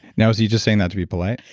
now, is he just saying that to be polite?